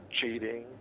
cheating